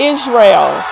Israel